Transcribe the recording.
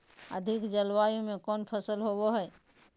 अधिक जलवायु में कौन फसल होबो है?